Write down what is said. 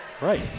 Right